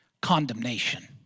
condemnation